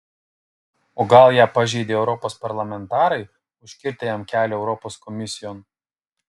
o gal ją pažeidė europos parlamentarai užkirtę jam kelią europos komisijon